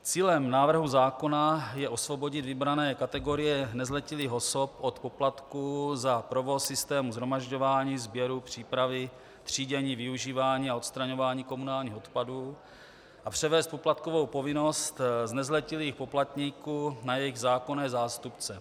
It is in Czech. Cílem návrhu zákona je osvobodit vybrané kategorie nezletilých osob od poplatků za provoz systému shromažďování, sběru, přípravy, třídění, využívání a odstraňování komunálních odpadů a převést poplatkovou povinnost z nezletilých poplatníků na jejich zákonné zástupce.